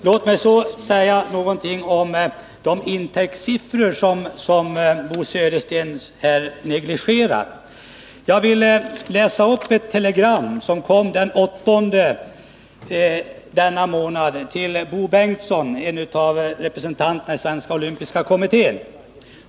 Låt mig så säga någonting om intäktssiffrorna, som Bo Södersten här negligerar. Jag vill läsa upp ett telegram från det amerikanska TV-bolaget NBC den 8 juni till Bo Bengtson, som är en av ledamöterna i Sveriges olympiska kommitté.